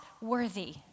worthy